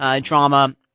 drama